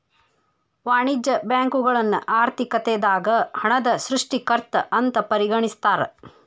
ವಾಣಿಜ್ಯ ಬ್ಯಾಂಕುಗಳನ್ನ ಆರ್ಥಿಕತೆದಾಗ ಹಣದ ಸೃಷ್ಟಿಕರ್ತ ಅಂತ ಪರಿಗಣಿಸ್ತಾರ